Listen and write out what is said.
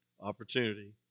opportunity